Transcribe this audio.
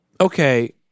Okay